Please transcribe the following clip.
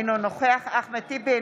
אינו נוכח אחמד טיבי,